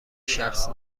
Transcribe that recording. شخص